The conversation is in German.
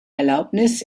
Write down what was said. erlaubnis